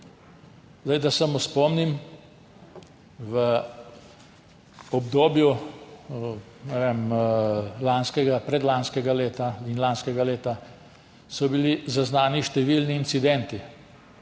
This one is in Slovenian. Da samo spomnim. V obdobju, ne vem, predlanskega leta in lanskega leta so bili zaznani številni incidenti,